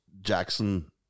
Jackson